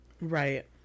Right